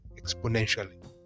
exponentially